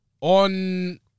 On